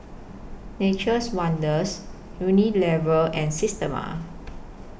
Nature's Wonders Unilever and Systema